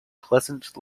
pleasant